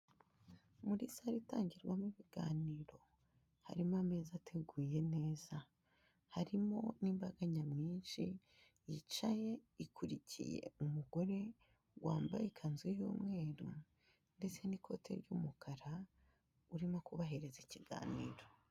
Muri sale itangirwamo ibiganiro harimo ameza ateguye neza harimo n'imbaga nyamwinshi yicaye ikurikiye umugore wambaye ikanzu y'umweru ndetse n'ikote ry'umukara urimo kubahereza ikiganiro.